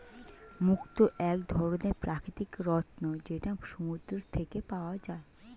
মুক্তা এক ধরনের প্রাকৃতিক রত্ন যেটা সমুদ্র থেকে পাওয়া যায়